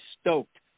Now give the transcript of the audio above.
stoked